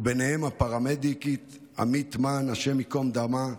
ובהם הפרמדיקית עמית מן, השם ייקום דמה,